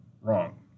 wrong